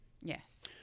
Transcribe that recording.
Yes